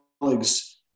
colleagues